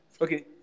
Okay